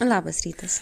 labas rytas